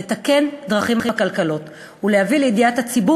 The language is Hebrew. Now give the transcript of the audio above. לתקן דרכים עקלקלות ולהביא לידיעת הציבור